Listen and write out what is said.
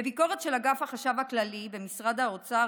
בביקורת של אגף החשב הכללי במשרד האוצר